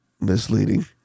misleading